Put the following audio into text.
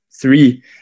three